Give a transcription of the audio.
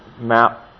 MAP